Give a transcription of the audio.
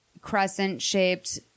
crescent-shaped